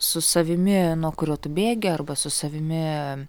su savimi nuo kurio tu bėgi arba su savimi